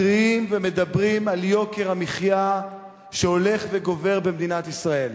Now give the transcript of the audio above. מתריעים ומדברים על יוקר המחיה שהולך וגובר במדינת ישראל